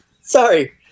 Sorry